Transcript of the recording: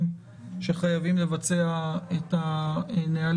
בעצם יש פה שני גורמים שחייבים לבצע את הנהלים,